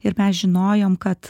ir mes žinojom kad